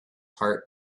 heart